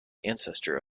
ancestor